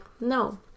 no